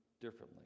differently